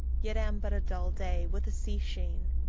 yet am but a dull day, with a sea-sheen!